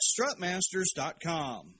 Strutmasters.com